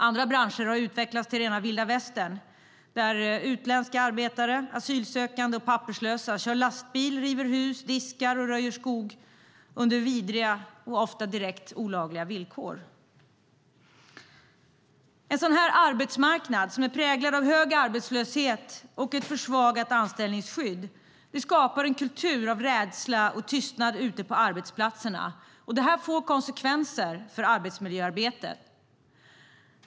Andra branscher har utvecklats till rena vilda västern, där utländska arbetare, asylsökande och papperslösa kör lastbil, river hus, diskar och röjer skog under vidriga och ofta direkt olagliga villkor. En sådan arbetsmarknad, som är präglad av hög arbetslöshet och ett försvagat anställningsskydd, skapar en kultur av rädsla och tystnad ute på arbetsplatserna. Det får konsekvenser för arbetsmiljöarbetet.